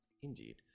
Indeed